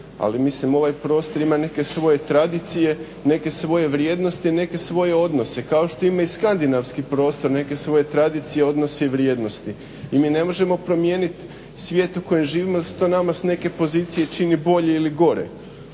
Ali mislim ovaj prostor ima neke svoje tradicije neke svoje vrijednosti neke svoje odnose kao što ima i skandinavski prostor, neke svoje tradicije odnose i vrijednosti. I mi ne možemo promijeniti svijet u kojem živimo jer se to nama s neke pozicije čini bolje ili gore.